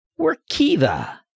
Workiva